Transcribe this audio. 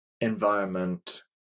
environment